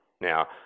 Now